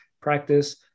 practice